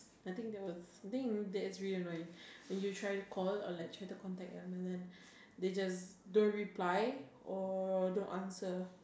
I think that was I think that's really annoying when you try call or like try to contact them and then they just don't reply or don't answer